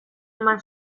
eman